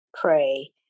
pray